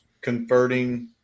converting –